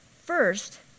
first